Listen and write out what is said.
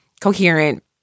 coherent